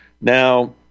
Now